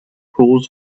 pools